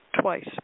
twice